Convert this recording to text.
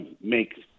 make